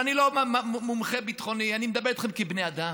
אני לא מומחה ביטחוני, אני מדבר אתכם כבני אדם.